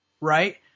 right